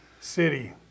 city